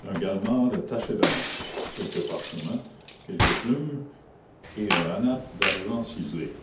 un gallemard taché d'encre quelques parchemins quelques plumes et un hanap d'argent ciselé